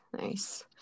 Nice